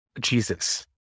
Jesus